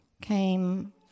came